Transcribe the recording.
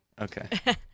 Okay